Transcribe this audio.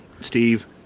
steve